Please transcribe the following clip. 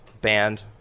band